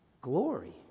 glory